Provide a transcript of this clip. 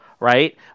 Right